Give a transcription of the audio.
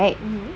mmhmm